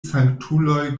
sanktuloj